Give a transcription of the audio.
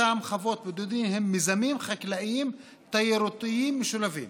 אותן חוות בודדים הן מיזמים חקלאיים-תיירותיים משולבים,